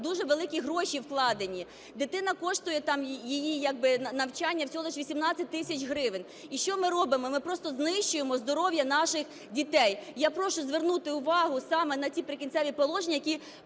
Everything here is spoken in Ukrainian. дуже великі гроші вкладені. Дитина коштує, там, як би, її навчання всього лише 18 тисяч гривень. І що ми робимо? Ми просто знищуємо здоров'я наших дітей. Я прошу звернути увагу саме на ці прикінцеві положення, які